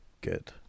good